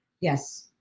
Yes